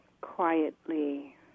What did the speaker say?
quietly